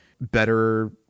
better